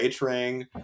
ring